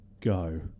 Go